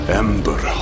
ember